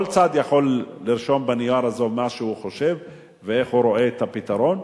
כל צד יכול לרשום בנייר הזה מה שהוא חושב ואיך הוא רואה את הפתרון.